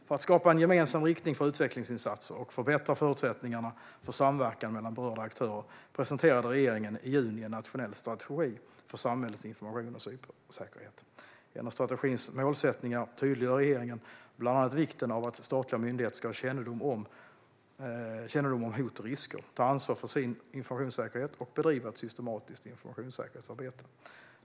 För att skapa en gemensam riktning för utvecklingsinsatser och förbättra förutsättningarna för samverkan mellan berörda aktörer presenterade regeringen i juni en nationell strategi för samhällets informations och cybersäkerhet. Genom strategins målsättningar tydliggör regeringen bland annat vikten av att statliga myndigheter ska ha kännedom om hot och risker, ta ansvar för sin informationssäkerhet och bedriva ett systematiskt informationssäkerhetsarbete.